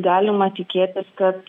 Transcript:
galima tikėtis kad